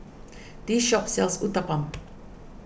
this shop sells Uthapam